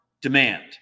demand